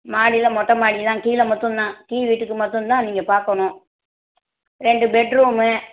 மாடியில் மொட்டை மாடி தான் கீழே மட்டுந்தான் கீழ் வீட்டுக்கு மட்டுந்தான் நீங்கள் பார்க்கணும் ரெண்டு பெட்ரூமு